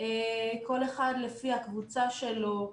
כל אחד לפי הקבוצה שלו,